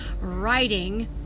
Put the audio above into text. writing